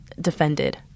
defended